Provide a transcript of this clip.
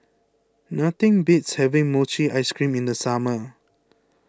nothing beats having Mochi Ice Cream in the summer